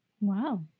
Wow